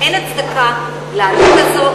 אין הצדקה לעלות הזאת,